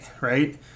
right